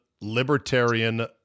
libertarian